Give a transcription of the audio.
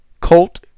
Colt